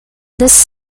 this